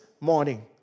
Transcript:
morning